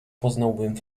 poznałbym